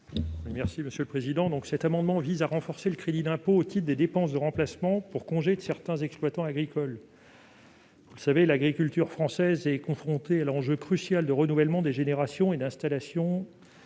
M. Thierry Cozic. Cet amendement vise à renforcer le crédit d'impôt au titre des dépenses de remplacement pour congé de certains exploitants agricoles. L'agriculture française est confrontée à l'enjeu crucial de renouvellement des générations et d'installation